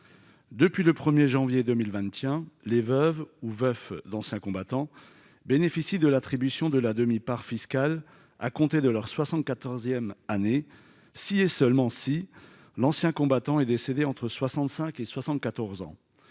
depuis le 1er janvier 2021 les veuves ou veufs dans sa combattants bénéficie de l'attribution de la demi-part fiscale à compter de leur 74ème année si et seulement si l'ancien combattant est décédé entre 65 et 74 ans,